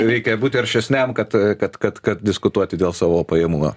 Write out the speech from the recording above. reikia būti aršesniam kad kad kad kad diskutuoti dėl savo pajamų na